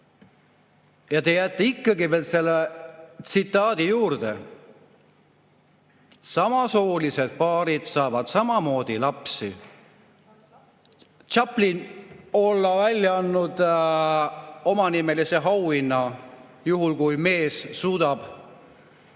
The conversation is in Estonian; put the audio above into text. Ja te jääte ikka veel selle tsitaadi juurde, et samasoolised paarid saavad samuti lapsi. Chaplin olla välja andnud omanimelise auhinna, juhul kui mees suudab